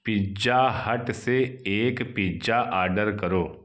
pizza Hut से एक pizza order करो